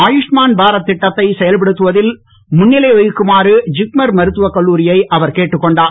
ஆயுஷ்மான் பாரத் திட்டத்தை செயல்படுத்துவதில் முன்னிலை வகிக்குமாறு ஜிப்மர் மருத்துவக் கல்லூரியை அவர் கேட்டுக் கொண்டார்